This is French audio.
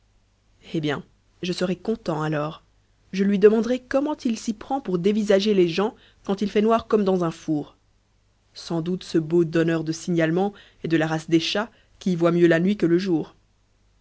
eh bien je serai content alors je lui demanderai comment il s'y prend pour dévisager les gens quand il fait noir comme dans un four sans doute ce beau donneur de signalements est de la race des chats qui y voient mieux la nuit que le jour